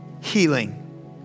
healing